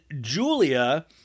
Julia